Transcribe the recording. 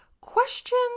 question